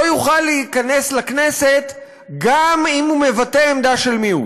לא יוכל להיכנס לכנסת גם אם הוא מבטא עמדה של מיעוט.